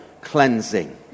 cleansing